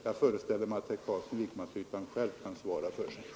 Jag föreställer mig att herr Carlsson i Vikmanshyttan själv kan svara för sig.